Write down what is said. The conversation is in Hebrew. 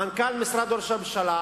מנכ"ל משרד ראש הממשלה.